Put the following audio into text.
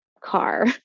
car